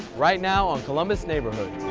right now, on columbus neighborhoods!